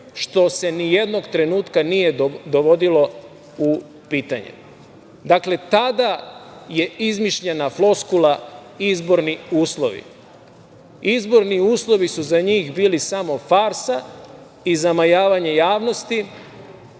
što se ni jednog trenutka nije dovodilo u pitanje. Dakle, tada je izmišljena floskula izborni uslovi. Izborni uslovi su za njih su bili samo farsa i zamajavanje javnosti.